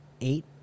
eight